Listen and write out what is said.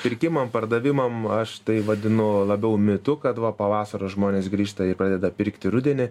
pirkimam pardavimam aš tai vadinu labiau mitu kad va pa vasaros žmonės grįžta ir pradeda pirkti rudenį